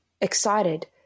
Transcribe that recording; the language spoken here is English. excited